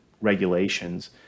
regulations